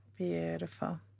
Beautiful